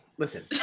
Listen